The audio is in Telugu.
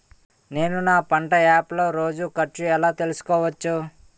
నేను నా పంట యాప్ లో రోజు ఖర్చు ఎలా తెల్సుకోవచ్చు?